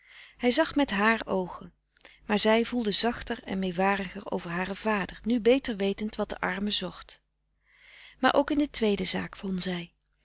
hij zag met haar oogen maar zij voelde zachter en meewariger over haren vader nu beter wetend wat de arme zocht maar ook in de tweede zaak won zij